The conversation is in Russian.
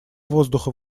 воздуха